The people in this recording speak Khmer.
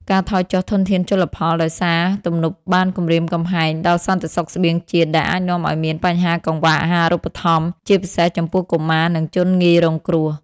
ការថយចុះធនធានជលផលដោយសារទំនប់បានគំរាមកំហែងដល់សន្តិសុខស្បៀងជាតិ ដែលអាចនាំឱ្យមានបញ្ហាកង្វះអាហារូបត្ថម្ភ ជាពិសេសចំពោះកុមារ និងជនងាយរងគ្រោះ។